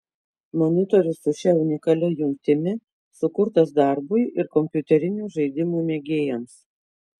monitorius su šia unikalia jungtimi sukurtas darbui ir kompiuterinių žaidimų mėgėjams